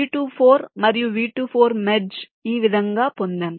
V24 మరియు V24 merge ఈ విధంగా పొందాం